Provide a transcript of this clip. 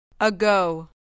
Ago